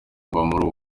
muri